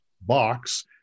box